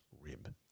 rib